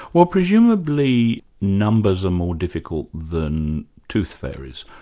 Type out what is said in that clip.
well, presumably numbers are more difficult than tooth fairies,